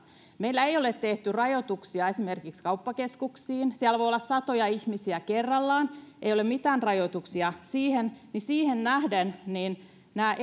meillä ei ole tehty rajoituksia esimerkiksi kauppakeskuksiin siellä voi olla satoja ihmisiä kerrallaan eikä ole mitään rajoituksia siihen ja siihen nähden nämä